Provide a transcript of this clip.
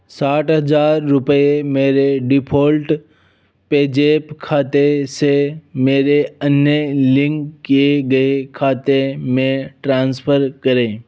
साठ हज़ार रुपये मेरे डिफ़ॉल्ट पेजैप खाते से मेरे अन्य लिंक किए गए खाते में ट्रांसफ़र करें